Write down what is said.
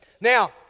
Now